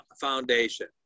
foundation